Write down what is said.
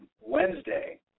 Wednesday